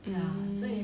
um